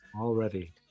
already